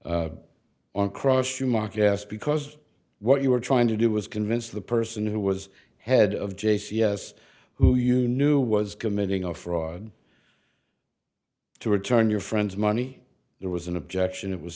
on cross to mark gas because what you were trying to do was convince the person who was head of j c s who you knew was committing a fraud to return your friend's money there was an objection it was